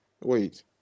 wait